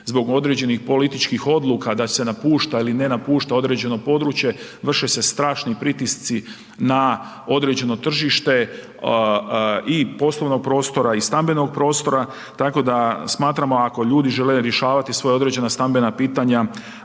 zbog određenih političkih odluka da se napušta ili ne napušta određeno područje, vrše se strašni pritisci na određeno tržište i poslovnog prostora i stambenog prostora. Tako da smatramo ako ljudi žele rješavati svoja određena stambena pitanja,